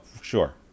sure